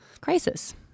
Crisis